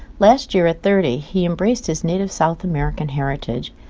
last year, at thirty, he embraced his native south american heritage,